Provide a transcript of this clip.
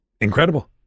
incredible